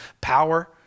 power